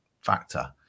factor